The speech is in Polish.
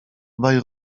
obaj